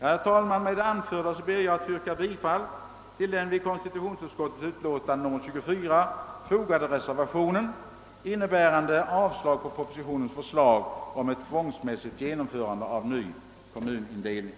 Herr talman! Med det anförda ber jag få yrka bifall till den vid utskottets utlåtande nr 24 fogade reservationen, innebärande avslag på propositionens förslag om ett tvångsmässigt genomförande av ny kommunindelning.